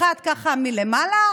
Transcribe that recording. ביוני 2021 למניינם,